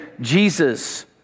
Jesus